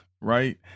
right